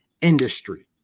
industry